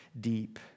deep